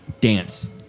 Dance